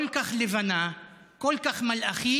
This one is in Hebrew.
כל כך לבנה, כל כך מלאכית.